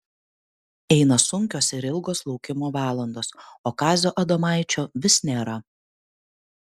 eina sunkios ir ilgos laukimo valandos o kazio adomaičio vis nėra